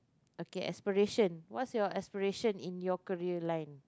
okay expression what's your expression in your career line